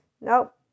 Nope